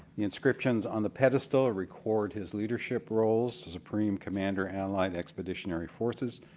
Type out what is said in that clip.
the inscriptions on the pedestal ah record his leadership roles as supreme commander allied expeditionary forces,